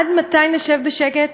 עד מתי נשב בשקט